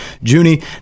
Junie